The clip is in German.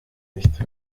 nicht